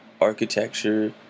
architecture